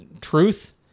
truth